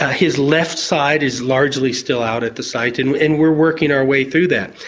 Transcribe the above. his left side is largely still out at the site and and we're working our way through that.